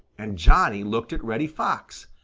and johnny looked at reddy fox,